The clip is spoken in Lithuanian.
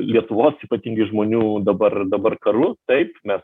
lietuvos ypatingai žmonių dabar dabar karu taip mes